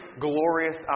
glorious